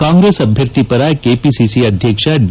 ಕಾಂಗ್ರೆಸ್ ಅಭ್ದರ್ಥಿ ಪರ ಕೆಪಿಸಿಸಿ ಅಧ್ಯಕ್ಷ ಡಿ